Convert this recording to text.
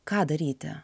ką daryti